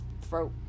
throat